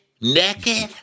Naked